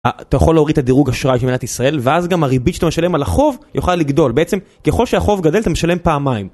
אתה יכול להוריד את הדירוג אשראי של מדינת ישראל ואז גם הריבית שאתה משלם על החוב יוכל לגדול, בעצם, ככל שהחוב גדל אתה משלם פעמיים